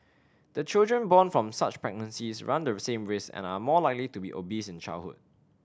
the children born from such pregnancies run the same risk and are more likely to be obese in childhood